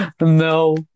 No